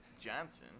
johnson